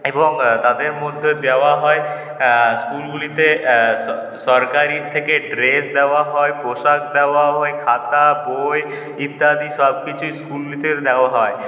এবং তাদের মধ্যে দেওয়া হয় স্কুলগুলিতে সরকার থেকে ড্রেস দেওয়া হয় পোশাক দেওয়া হয় খাতা বই ইত্যাদি সব কিছুই স্কুলগুলি থেকে দেওয়া হয়